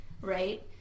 right